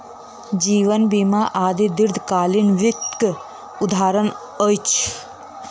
जीवन बीमा आदि दीर्घकालीन वित्तक उदहारण अछि